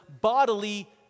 bodily